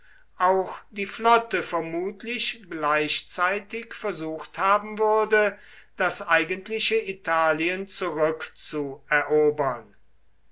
auch die flotte vermutlich gleichzeitig versucht haben würde das eigentliche italien zurückzuerobern